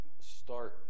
start